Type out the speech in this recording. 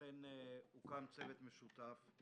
לכן הוקם צוות משותף,